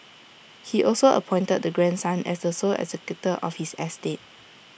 he also appointed the grandson as the sole executor of his estate